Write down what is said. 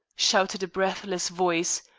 shouted a breathless voice.